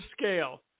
scale